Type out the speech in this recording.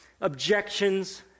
objections